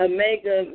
Omega